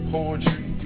Poetry